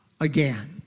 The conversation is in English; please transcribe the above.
again